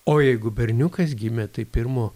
o jeigu berniukas gimė tai pirmo